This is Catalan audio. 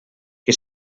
que